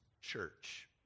church